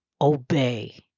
obey